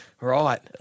Right